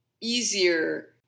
easier